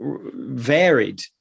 varied